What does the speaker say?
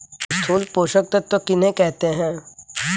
स्थूल पोषक तत्व किन्हें कहते हैं?